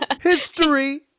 history